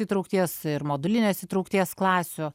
įtraukties ir modulinės įtraukties klasių